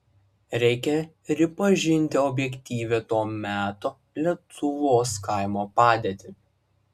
reikia ripažinti objektyvią to meto lietuvos kaimo padėtį